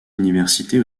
universités